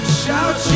shout